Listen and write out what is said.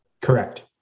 Correct